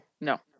No